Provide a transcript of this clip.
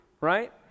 right